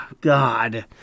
God